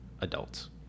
adults